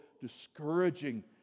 discouraging